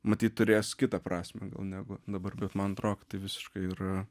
matyt turės kitą prasmę negu dabar bet man atrodo kad tai visiškai yra